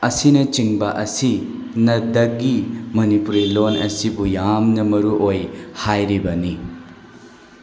ꯑꯁꯤꯅꯆꯤꯡꯕ ꯑꯁꯤ ꯅꯗꯒꯤ ꯃꯅꯤꯄꯨꯔꯤ ꯂꯣꯜ ꯑꯁꯤꯕꯨ ꯌꯥꯝꯅ ꯃꯔꯨ ꯑꯣꯏ ꯍꯥꯏꯔꯤꯕꯅꯤ